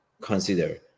consider